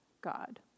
God